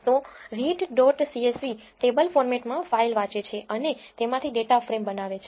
તો read dot CSV table ફોર્મેટમાં file વાંચે છે અને તેમાંથી ડેટા ફ્રેમ બનાવે છે